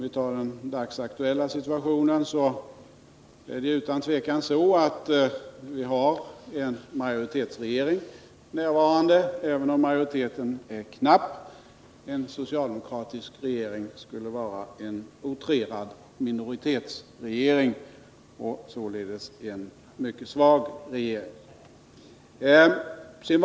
I den dagsaktuella situationen är det utan tvivel så att vi har en majoritetsregering, även om majoriteten är knapp. En socialdemokratisk regering skulle vara en utrerad minoritetsregering och således en mycket svag regering.